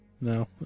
No